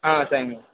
ஆ thank you